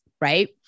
Right